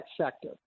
sector